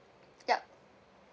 yup